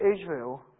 Israel